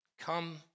Come